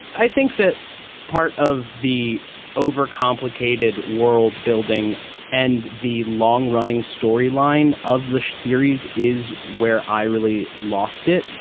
i think that part of the overcomplicated world building and the long running storyline of the series is where i really lost it.